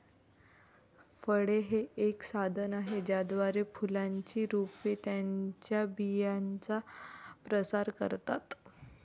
फळे हे एक साधन आहे ज्याद्वारे फुलांची रोपे त्यांच्या बियांचा प्रसार करतात